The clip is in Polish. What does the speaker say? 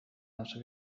nasze